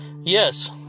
Yes